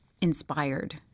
inspired